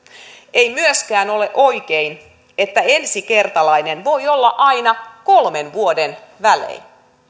ei myöskään ole oikein että ensikertalainen voi olla aina kolmen vuoden välein